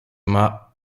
mât